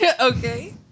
Okay